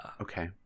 Okay